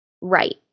Right